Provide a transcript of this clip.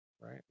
right